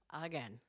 again